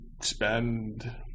spend